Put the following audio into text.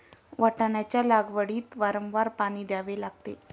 वाटाण्याच्या लागवडीत वारंवार पाणी द्यावे लागते